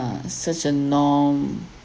such a norm